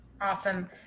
awesome